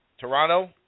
Toronto